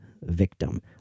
victim